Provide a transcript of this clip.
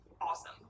awesome